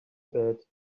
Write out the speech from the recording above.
bad